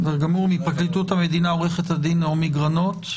מפרקליטות המדינה עורכת הדין נעמי גרנות.